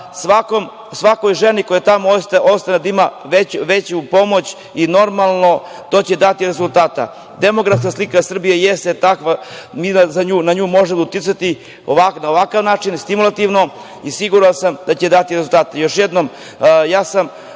svakoj ženi koja tamo ostane da ima veću pomoć i normalno to će dati rezultate. Demografska slika Srbije jeste takva, mi na nju možemo uticati na ovakav način, stimulativno i siguran sam da će dati rezultate. Još